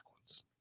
ones